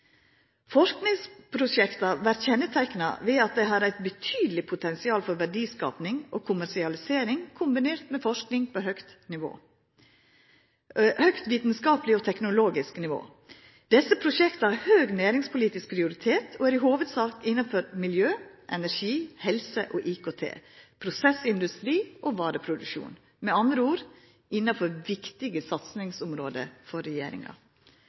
Forskingsprosjekta vert kjenneteikna ved at dei har eit betydeleg potensial for verdiskaping og kommersialisering kombinert med forsking på høgt vitskapleg og teknologisk nivå. Desse prosjekta har høg næringspolitisk prioritet og er i hovudsak innanfor miljø, energi, helse og IKT, prosessindustri og vareproduksjon – med andre ord: innanfor viktige satsingsområde for regjeringa.